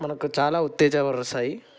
మనకు చాలా ఉత్తేజపరుస్థాయి